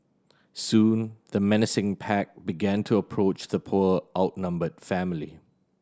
soon the menacing pack began to approach the poor outnumbered family